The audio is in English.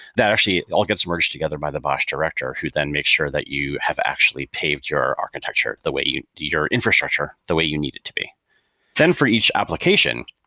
that actually all gets merged together by the bosh director, who then makes sure that you have actually paved your architecture the way you your infrastructure, the way you need it to be then for each application,